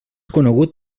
conegut